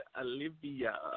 Olivia